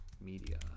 media